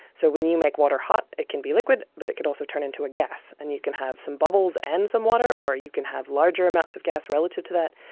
so when you make water hot, it can be liquid, but it could also turn into a gas, and you can have some bubbles and some water or you can have larger amounts of gas relative to that.